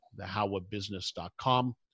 thehowabusiness.com